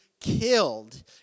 killed